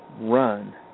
run